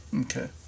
Okay